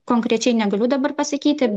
konkrečiai negaliu dabar pasakyti